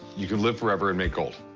you could live forever and make gold.